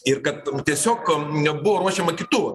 ir kad tiesiog nebuvo ruošiama kitų